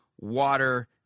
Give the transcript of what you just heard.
water